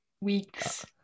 weeks